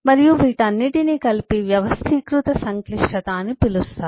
మరియు వీటన్నిటిని కలిపి వ్యవస్థీకృత సంక్లిష్టత అని పిలుస్తారు